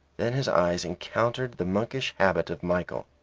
then his eyes encountered the monkish habit of michael,